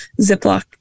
Ziploc